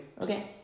okay